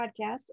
podcast